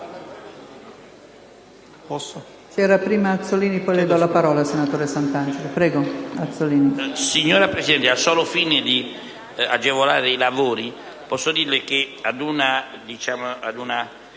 Signora Presidente, al solo fine di agevolare i lavori, posso dirle che ad una